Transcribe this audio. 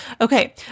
Okay